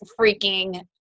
freaking